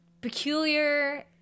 peculiar